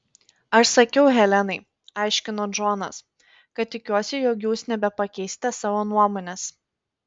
aš sakiau helenai aiškino džonas kad tikiuosi jog jūs nebepakeisite savo nuomonės